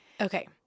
Okay